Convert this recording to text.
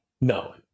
No